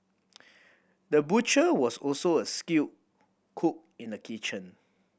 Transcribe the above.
the butcher was also a skilled cook in the kitchen